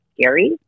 scary